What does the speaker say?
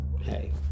hey